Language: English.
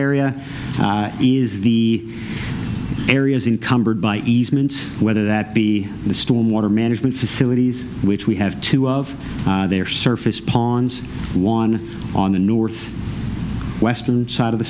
area is the areas in cumbered by easements whether that be the stormwater management facilities which we have to of their surface pawns one on the north west side of the